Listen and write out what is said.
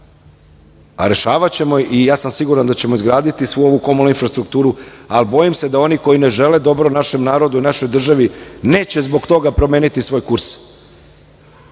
a rešavaćemo je i ja sam siguran da ćemo izgraditi svu ovu komunalnu infrastrukturu, ali bojim se da oni koji ne žele dobro našem narodu i našoj državi neće zbog toga promeniti svoj kurs,